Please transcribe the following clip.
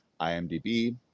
imdb